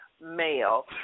male